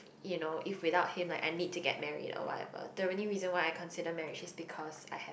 you know if without him like I need to get married or whatever the only reason why I consider marriage just because I have